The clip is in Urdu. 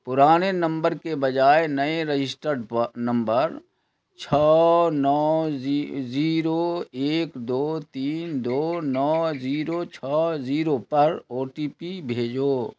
پرانے نمبر کے بجائے نئے رجسٹرڈ نمبر چھ نو زیرو ایک دو تین دو نو زیرو چھ زیرو پر او ٹی پی بھیجو